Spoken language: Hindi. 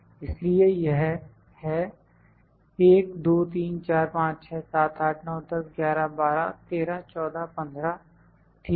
इसलिए यह है 1 2 3 4 5 6 7 8 9 10 11 12 13 14 15 ठीक है